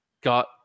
got